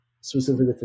specifically